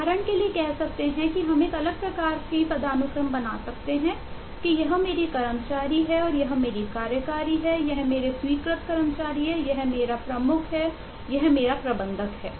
हम उदाहरण के लिए कह सकते हैं कि हम एक अलग प्रकार की पदानुक्रम बना सकते हैं कि यह मेरे कर्मचारी हैं और यह मेरी कार्यकारी है यह मेरे स्वीकृत कर्मचारी हैं यह मेरा प्रमुख है यह मेरा प्रबंधक है